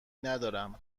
ندارم